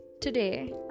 Today